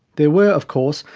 there were, of course,